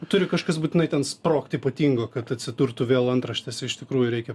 turi kažkas būtinai ten sprogt ypatingo kad atsidurtų vėl antraštėse iš tikrųjų reikia